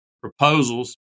proposals